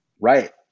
Right